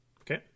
Okay